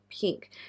pink